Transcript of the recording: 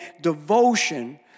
devotion